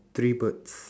three birds